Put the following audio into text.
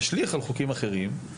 על חוקים אחרים,